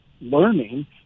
learning